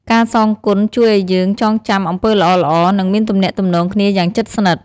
ការសងគុណជួយអោយយើងចងចាំអំពើល្អៗ និងមានទំនាក់ទំនងគ្នាយ៉ាងជិតស្និត។